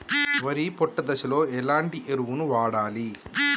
వరి పొట్ట దశలో ఎలాంటి ఎరువును వాడాలి?